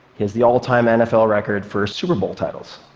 has the all-time nfl record for super bowl titles.